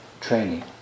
training